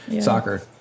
Soccer